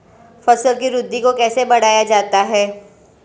फसल की वृद्धि को कैसे बढ़ाया जाता हैं?